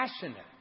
passionate